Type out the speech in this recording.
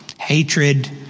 hatred